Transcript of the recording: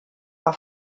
war